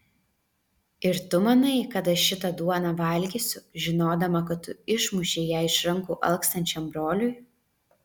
ir tu manai kad aš šitą duoną valgysiu žinodama kad tu išmušei ją iš rankų alkstančiam broliui